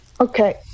Okay